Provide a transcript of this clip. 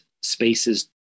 spaces